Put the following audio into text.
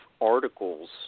articles